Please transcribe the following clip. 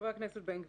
חבר הכנסת בן גביר,